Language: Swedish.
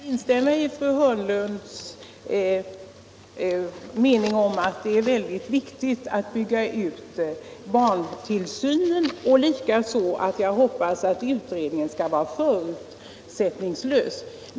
Herr talman! Jag kan instämma i fru Hörnlunds uppfattning om att det är viktigt att bygga ut barntillsynen. Jag hoppas likaså att utredningen skall vara förutsättningslös.